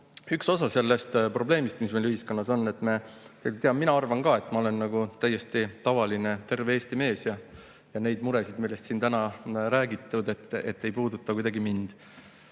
üks osa sellest probleemist, mis meil ühiskonnas on, et me kõik arvame – mina arvan ka –, et ma olen täiesti tavaline terve Eesti mees ja need mured, millest siin täna on räägitud, ei puuduta kuidagi mind.